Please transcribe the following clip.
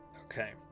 okay